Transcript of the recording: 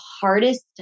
hardest